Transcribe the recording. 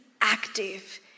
active